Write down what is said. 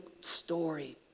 story